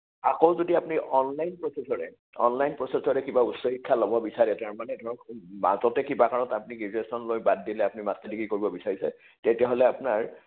আকৌ যদি আপুনি অনলাইন প্ৰচেচৰে অনলাইন প্ৰচেচৰে কিবা উচ্চ শিক্ষা ল'ব বিচাৰে তাৰমানে ধৰক মাজতে কিবা কাৰণত আপুনি গ্ৰেজুয়েশ্যন লৈ বাদ দিলে আপুনি মাষ্টাৰ ডিগ্ৰী কৰিব বিচাৰিছে তেতিয়াহ'লে আপোনাৰ